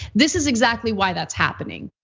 this is exactly why that's happening,